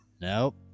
nope